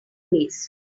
raise